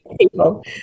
people